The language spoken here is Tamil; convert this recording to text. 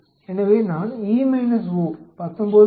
எனவே நான் 19